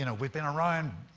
you know we've been around,